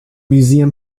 museum